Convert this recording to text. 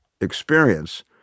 experience